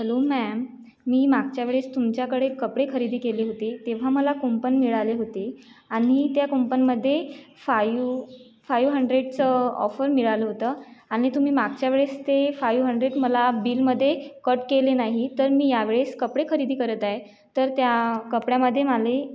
hello ma'am मी मागच्या वेळेस तुमच्याकडे कपडे खरेदी केले होते तेव्हा मला कुंपन मिळाले होते आणि त्या कुंपनमध्ये फायु फायु हंड्रेडचं ऑफर मिळालं होतं आणि तुम्ही मागच्या वेळेस ते फायु हंड्रेड मला बिलमध्ये कट केले नाही तर मी यावेळेस कपडे खरेदी करत आहे तर त्या कपड्यामध्ये मला